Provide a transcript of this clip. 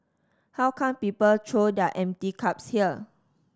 how come people throw their empty cups here